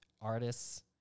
artists